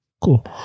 Cool